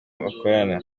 bakorana